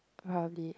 probably